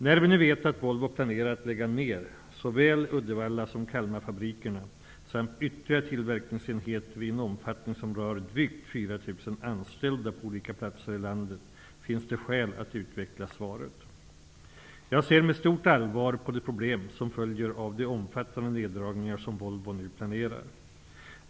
När vi nu vet att Volvo planerar att lägga ned såväl Uddevalla som Kalmarfabrikerna samt ytterligare tillverkningsenheter i en omfattning som rör drygt 4 000 anställda på olika platser i landet, finns det skäl att utveckla svaret. Jag ser med stort allvar på de problem som följer av de omfattande neddragningar som Volvo nu planerar.